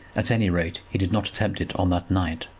at any rate he did not attempt it on that night.